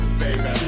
baby